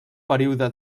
període